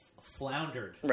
floundered